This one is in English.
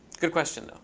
good question, though.